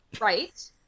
right